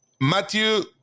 Mathieu